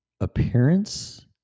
appearance